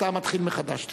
אתה מתחיל מחדש.